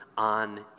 On